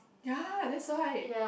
ya that's why